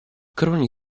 cruni